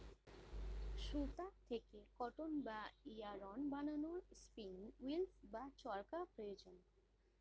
সুতা থেকে কটন বা ইয়ারন্ বানানোর স্পিনিং উঈল্ বা চরকা প্রয়োজন